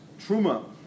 truma